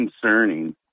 concerning